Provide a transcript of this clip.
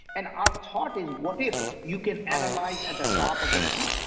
and our thought is, what if you can analyze at the top of the tube?